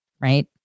right